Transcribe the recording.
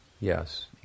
yes